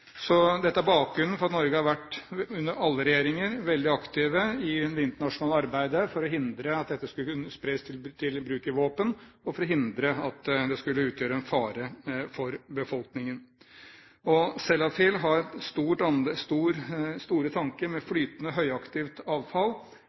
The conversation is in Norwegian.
Dette er bakgrunnen for at Norge under alle regjeringer har vært veldig aktiv i det internasjonale arbeidet for å hindre at dette materialet skulle kunne spres til bruk i våpen, og for å hindre at det skulle kunne utgjøre en fare for befolkningen. Sellafield har store tanker med flytende høyaktivt avfall. Det er anlegg der utslippene vil være spesielt store